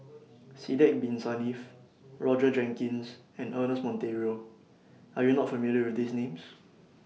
Sidek Bin Saniff Roger Jenkins and Ernest Monteiro Are YOU not familiar with These Names